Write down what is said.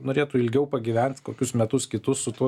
norėtų ilgiau pagyvent kokius metus kitus su tuo